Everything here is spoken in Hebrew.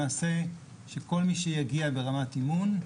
שכל מי שיגיע ברמת אימון,